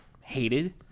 hated